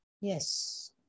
Yes